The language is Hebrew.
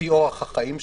לפי אורח החיים שלו.